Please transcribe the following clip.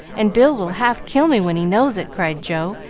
and bill will half kill me when he knows it! cried joe,